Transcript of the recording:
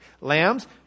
lambs